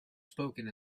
spoken